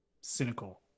cynical